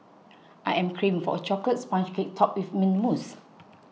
I am craving for a Chocolate Sponge Cake Topped with Mint Mousse